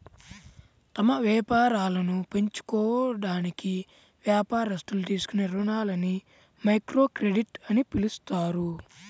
తమ వ్యాపారాలను పెంచుకోవడానికి వ్యాపారస్తులు తీసుకునే రుణాలని మైక్రోక్రెడిట్ అని పిలుస్తారు